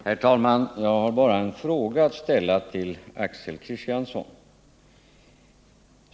Herr talman! Jag har bara en fråga att ställa till Axel Kristiansson.